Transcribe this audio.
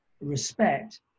respect